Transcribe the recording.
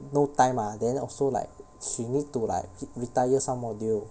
no time ah then also like she need to like retire some module